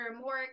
more